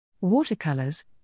Watercolors